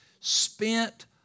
spent